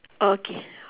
okay